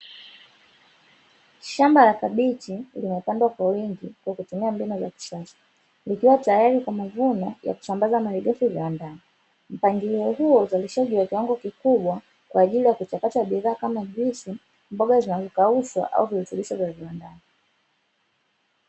Shamba la kabichi limepandwa kwa wingi Kwa kutumia mbinu za kisasa ikiwa tayari Kwa mavuno ya kusambaza maegesho viwandani . Mpangilio huo uzalishaji kiwango kikubwa kwaajili ya kuchakatwa bidhaa kama chuisi ,mboga zilizokaushwa au virutubisho vya viwandani.